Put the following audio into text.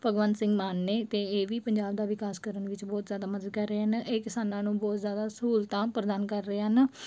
ਭਗਵੰਤ ਸਿੰਘ ਮਾਨ ਨੇ ਅਤੇ ਇਹ ਵੀ ਪੰਜਾਬ ਦਾ ਵਿਕਾਸ ਕਰਨ ਵਿੱਚ ਬਹੁਤ ਜ਼ਿਆਦਾ ਮਦਦ ਕਰ ਰਹੇ ਹਨ ਇਹ ਕਿਸਾਨਾਂ ਨੂੰ ਬਹੁਤ ਜ਼ਿਆਦਾ ਸਹੂਲਤਾਂ ਪ੍ਰਦਾਨ ਕਰ ਰਹੇ ਹਨ